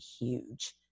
huge